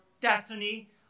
destiny